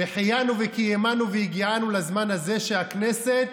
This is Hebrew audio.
שהחיינו וקיימנו והגיענו לזמן הזה, שהכנסת